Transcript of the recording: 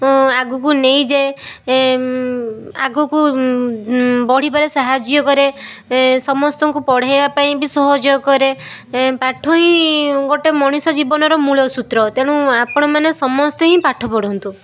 ଆଗକୁ ନେଇଯାଏ ଆଗକୁ ବଢ଼ିବାରେ ସାହାଯ୍ୟ କରେ ସମସ୍ତଙ୍କୁ ପଢ଼ାଇବା ପାଇଁ ବି ସହଯୋଗ କରେ ପାଠ ହିଁ ଗୋଟେ ମଣିଷ ଜୀବନର ମୂଳ ସୂତ୍ର ତେଣୁ ଆପଣ ମାନେ ସମସ୍ତେ ହିଁ ପାଠ ପଢ଼ନ୍ତୁ